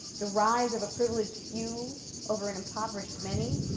the rise of a privileged few over an impoverished many.